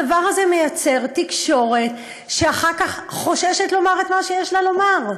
הדבר הזה יוצר תקשורת שאחר כך חוששת לומר את מה שיש לה לומר.